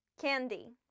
candy